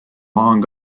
long